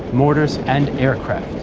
mortars and aircraft.